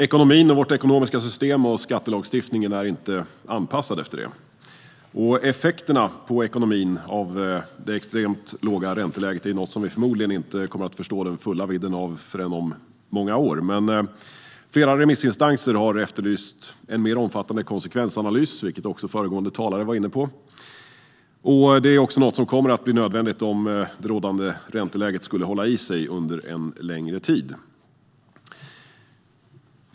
Ekonomin, vårt ekonomiska system och skattelagstiftningen är inte anpassad efter det. Effekterna på ekonomin av detta extremt låga ränteläge är något som vi förmodligen inte kommer att förstå den fulla vidden av förrän om många år. Flera remissinstanser har efterlyst en mer omfattande konsekvensanalys, vilket också föregående talare var inne på. Det kommer att bli nödvändigt om det rådande ränteläget skulle hålla i sig under en längre tid.